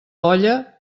olla